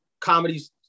comedies